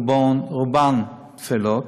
רובן טפלות,